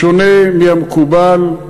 בשונה מהמקובל,